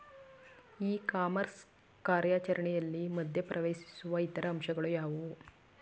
E commerce ಕಾರ್ಯಾಚರಣೆಯಲ್ಲಿ ಮಧ್ಯ ಪ್ರವೇಶಿಸುವ ಇತರ ಅಂಶಗಳು ಯಾವುವು?